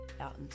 out